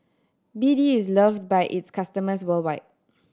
B D is loved by its customers worldwide